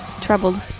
troubled